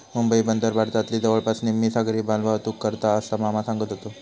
मुंबई बंदर भारतातली जवळपास निम्मी सागरी मालवाहतूक करता, असा मामा सांगत व्हतो